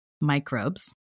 microbes